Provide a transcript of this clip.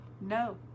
no